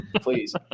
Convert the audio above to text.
Please